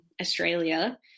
Australia